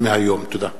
תודה.